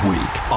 Week